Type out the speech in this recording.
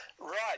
Right